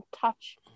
touch